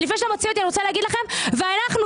לפני שאתה מוציא אותי אני רוצה להגיד לכם: אנחנו,